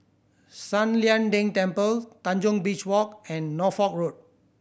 San Lian Deng Temple Tanjong Beach Walk and Norfolk Road